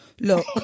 look